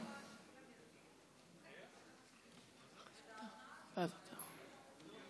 להצעה לסדר-היום מס' 532,